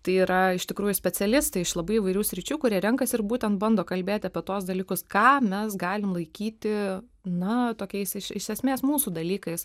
tai yra iš tikrųjų specialistai iš labai įvairių sričių kurie renkasi ir būtent bando kalbėti apie tuos dalykus ką mes galim laikyti na tokiais iš esmės mūsų dalykais